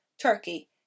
Turkey